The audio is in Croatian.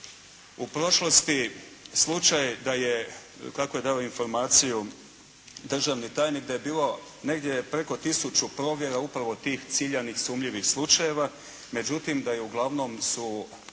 u prošlosti slučaj da je, kako je dao informaciju državni tajnik, da je bilo negdje preko tisuću provjera upravo tih ciljanih, sumnjivih slučajeva, međutim da uglavnom su